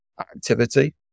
activity